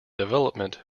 development